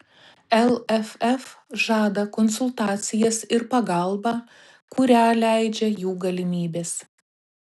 lff žada konsultacijas ir pagalbą kurią leidžia jų galimybės